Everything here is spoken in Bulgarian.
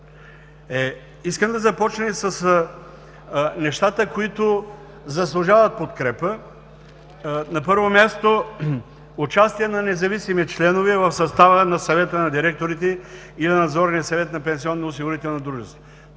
Искам да започна с нещата, които заслужават подкрепа. На първо място, участие на независими членове в състава на Съвета на директорите и на Надзорния съвет на пенсионно-осигурителните дружества.